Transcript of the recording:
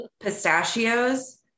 pistachios